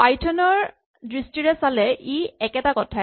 Python ৰ দৃষ্টিৰে চালে ই একেটা কথাই